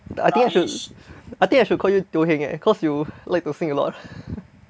I think I should I think I should call you Teo Heng eh cause you like to sing a lot